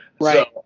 Right